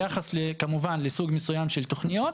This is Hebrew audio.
כמובן ביחס לסוג מסוים של תוכניות,